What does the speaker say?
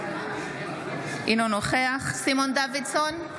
אינו נוכח סימון דוידסון,